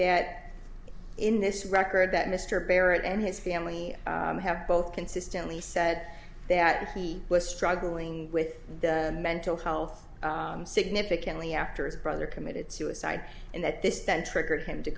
that in this record that mr barrett and his family have both consistently said that he was struggling with mental health significantly after his brother committed suicide and that this that triggered him to